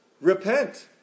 repent